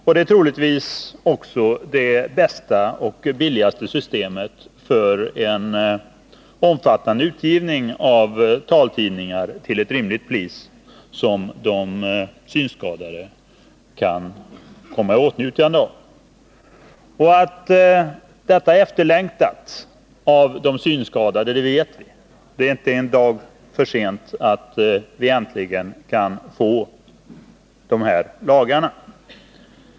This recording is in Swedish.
Och det är troligtvis också det bästa och billigaste systemet för en omfattande utgivning av taltidningar, som de synskadade kan få del av till ett rimligt pris. Att detta är efterlängtat av de synskadade vet vi. Det är inte en dag för tidigt att vi äntligen får de här lagarna.